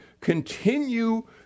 continue